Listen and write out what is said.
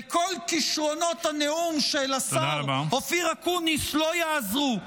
וכל כישרונות הנאום של השר אופיר אקוניס לא יעזרו.